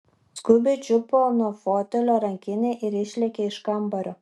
skubiai čiupo nuo fotelio rankinę ir išlėkė iš kambario